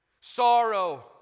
sorrow